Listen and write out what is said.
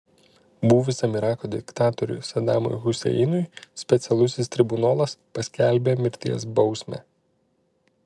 buvusiam irako diktatoriui sadamui huseinui specialusis tribunolas paskelbė mirties bausmę